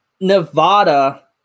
Nevada